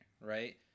right